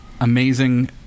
amazing